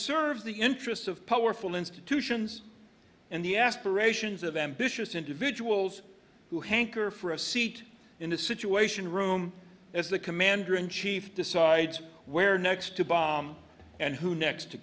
serves the interests of powerful institutions and the aspirations of ambitious individuals who hanker for a seat in the situation room as the commander in chief decides where next to bomb and who next to